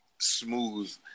smooth